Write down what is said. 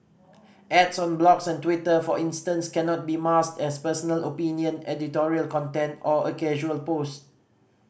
ads on blogs and Twitter for instance cannot be masked as personal opinion editorial content or a casual post